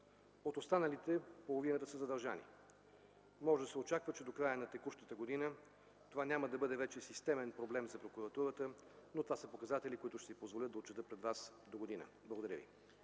От останалите половината са задържани. Може да се очаква, че до края на текущата година това няма да бъде вече системен проблем за прокуратурата, но това са показатели, които ще си позволя да отчета пред вас догодина. Благодаря ви.